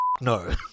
no